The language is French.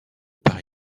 part